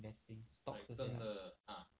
investing stocks 这些 ah